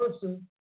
person